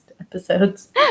episodes